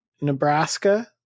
Nebraska